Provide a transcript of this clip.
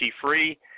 Free